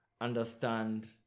understand